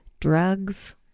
drugs